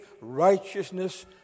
righteousness